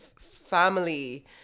family